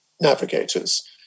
navigators